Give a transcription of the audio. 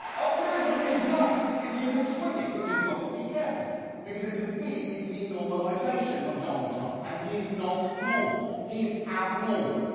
optimism is nice if you can swing it. but you've got to be careful because it can feed into the normalization of donald trump. and he is not normal. he is abnormal.